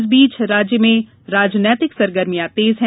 इस बीच राज्य में राजनीतिक सरगर्मियां तेज हैं